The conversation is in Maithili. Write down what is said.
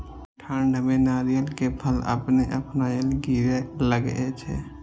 ठंड में नारियल के फल अपने अपनायल गिरे लगए छे?